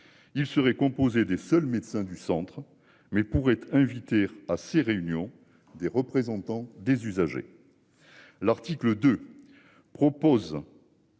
Il serait composé des seuls médecins du Centre. Mais pour être invités à ses réunions des représentants des usagers. L'article 2 propose.